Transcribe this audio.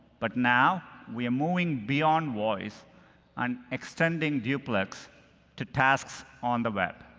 but now, we are moving beyond voice and extending duplex to tasks on the web.